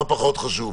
מה פחות חשוב,